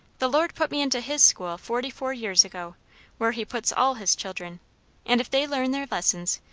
the lord put me into his school forty-four years ago where he puts all his children and if they learn their lessons,